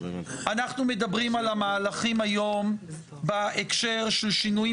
אנחנו מדברים על המהלכים היום בהקשר של שינויים